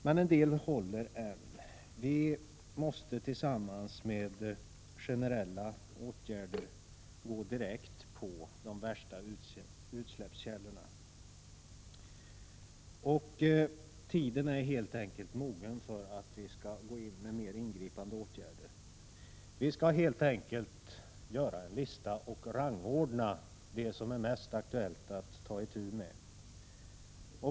Men en del krav håller än. Vi måste tillsammans med generella åtgärder gå direkt på de värsta utsläppskällorna. Tiden är mogen för att gå in med mera ingripande åtgärder. Vi skall helt enkelt göra en lista och rangordna det som är mest aktuellt att ta itu med.